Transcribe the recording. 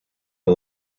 een